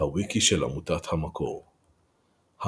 הוויקי של עמותת המקור המקור,